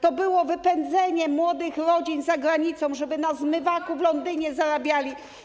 to było wypędzenie młodych rodzin za granicę, żeby na zmywaku w Londynie zarabiali.